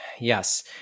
Yes